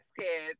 scared